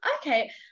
okay